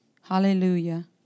Hallelujah